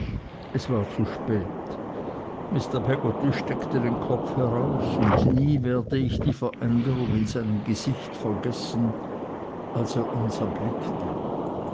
es war zu spät mr peggotty steckte den kopf heraus und nie werde ich die veränderung in seinem gesicht vergessen als er uns erblickte